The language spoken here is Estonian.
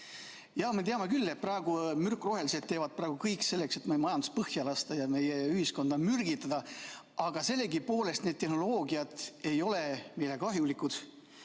Jaa, me teame küll, et praegu mürkrohelised teevad kõik selleks, et meie majandus põhja lasta ja meie ühiskonda mürgitada, aga sellegipoolest need tehnoloogiad ei ole meile kahjulikud.